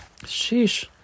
Sheesh